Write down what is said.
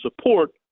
support